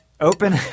open